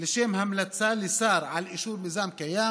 לשם המלצה לשר על אישור מיזם קיים: